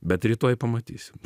bet rytoj pamatysim